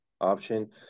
Option